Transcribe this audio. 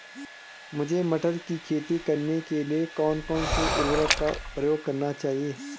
मुझे मटर की खेती करने के लिए कौन कौन से उर्वरक का प्रयोग करने चाहिए?